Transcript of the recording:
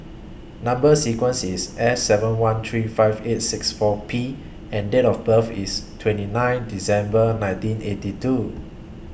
Number sequence IS S seven one three five eight six four P and Date of birth IS twenty nine December nineteen eighty two